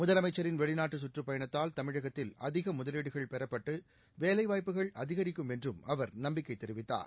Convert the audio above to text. முதலமைச்சரின் வெளிநாட்டு சுற்றுப் பயணத்தால் தமிழகத்தில் அதிக முதலீடுகள் பெறப்பட்டு வேலைவாய்ப்புகள் அதிகரிக்கும் என்றும் அவர் நம்பிக்கை தெரிவித்தார்